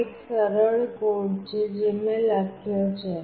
આ એક સરળ કોડ છે જે મેં લખ્યો છે